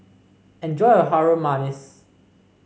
enjoy your Harum Manis